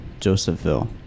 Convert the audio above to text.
Josephville